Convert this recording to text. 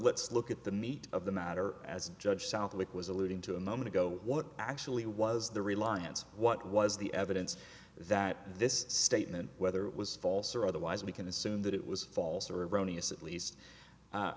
let's look at the meat of the matter as judge southwick was alluding to a moment ago what actually was the reliance what was the evidence that this statement whether it was false or otherwise we can assume that it was false or erroneous at least